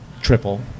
triple